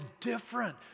different